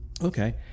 Okay